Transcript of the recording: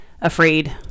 afraid